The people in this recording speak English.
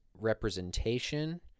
representation